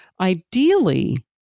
ideally